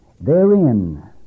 therein